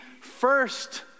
first